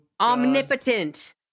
Omnipotent